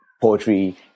poetry